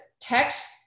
text